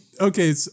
okay